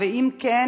2. אם כן,